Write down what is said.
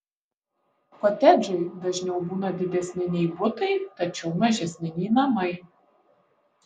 kotedžai dažniau būna didesni nei butai tačiau mažesni nei namai